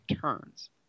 turns